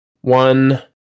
one